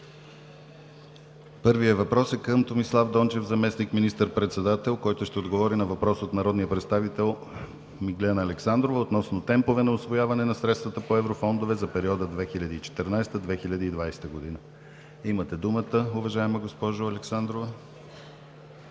Първият въпрос е към Томислав Дончев – заместник министър-председател, който ще отговори на въпрос от народния представител Миглена Александрова относно темпове на усвояване на средствата по еврофондове за периода 2014 – 2020 г. Имате думата, уважаема госпожо Александрова.